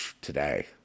today